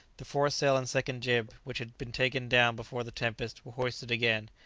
the foresail and second jib, which had been taken down before the tempest, were hoisted again,